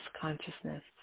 consciousness